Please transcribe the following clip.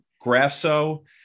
Grasso